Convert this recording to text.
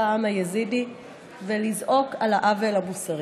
העם היזידי ולזעוק על העוול המוסרי.